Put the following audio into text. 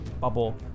bubble